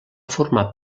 formar